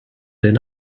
den